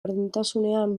berdintasunean